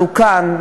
תוקן,